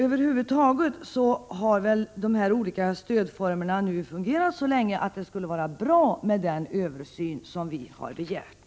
Över huvud taget har väl de olika stödformerna nu fungerat så länge att det skulle vara bra med den översyn som vi har begärt.